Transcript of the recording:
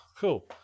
Cool